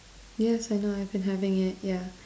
yes I know I've been having it yeah